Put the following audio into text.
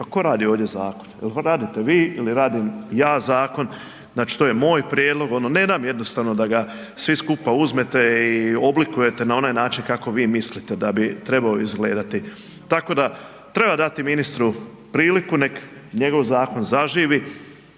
tko radi ovdje zakon, jel to radite vi ili radim ja zakon, znači to je moj prijedlog, ono ne dam jednostavno da ga svi skupa uzmete i oblikujete na onaj način kako vi mislite da bi trebao izgledati. Tako da treba dati ministru priliku nek njegov zakon zaživi